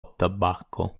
tabacco